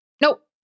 Nope